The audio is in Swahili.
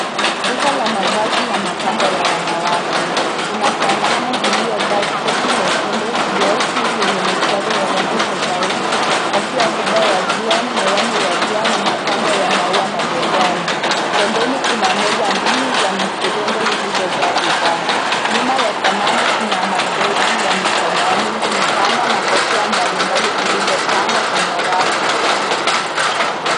Duka la mavazi na mapambo ya wanawake. Kuna sanamu iliyovaa sketi nyekundu, blausi yenye mistari ya rangi tofauti, kofia kubwa ya jua, miwani ya jua na mapambo ya maua mabegi. Pembeni kuna meza mbili za mviringo zilizojaa bidhaa. Nyuma ya sanamu kuna mabegi ya mikononi, mikanda, na kofia mbalimbali zilizopangwa kwenye rafu.